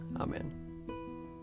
Amen